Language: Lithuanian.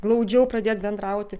glaudžiau pradėt bendrauti